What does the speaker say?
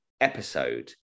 episode